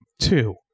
Two